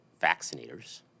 vaccinators